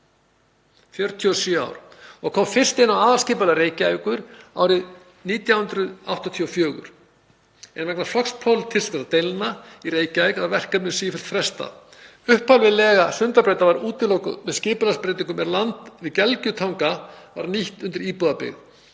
eru 47 ár síðan, og kom fyrst inn á aðalskipulag Reykjavíkur árið 1984, en vegna flokkspólitískra deilna í Reykjavík var verkefninu sífellt frestað. Upphafleg lega Sundabrautar var útilokuð með skipulagsbreytingum er land við Gelgjutanga var nýtt undir íbúabyggð.